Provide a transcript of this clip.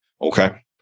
okay